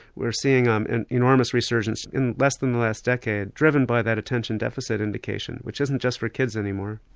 we are seeing um an enormous resurgence in less than the last decade, driven by that attention deficit indication. which isn't just for kids any more.